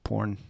Porn